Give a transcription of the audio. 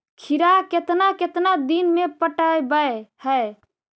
खिरा केतना केतना दिन में पटैबए है?